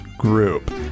group